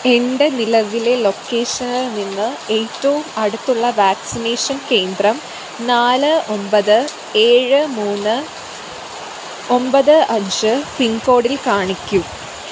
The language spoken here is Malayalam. എൻ്റെ നിലവിലെ ലൊക്കേഷനിൽ നിന്ന് ഏറ്റവും അടുത്തുള്ള വാക്സിനേഷൻ കേന്ദ്രം നാല് ഒമ്പത് ഏഴ് മൂന്ന് ഒമ്പത് അഞ്ച് പിൻ കോഡിൽ കാണിക്കൂ